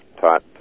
taught